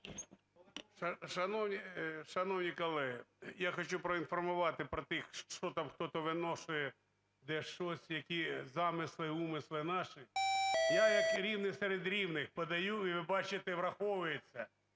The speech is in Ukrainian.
Шановні колеги, я хочу проінформувати про тих, що там хто-то щось виношує, десь щось, які замисли-умисли наші. Я як рівний серед рівних подаю – і, ви бачите, враховується.